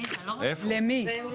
למי?